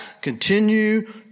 continue